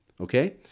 Okay